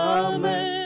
amen